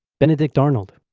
benedict arnold.